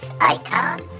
icon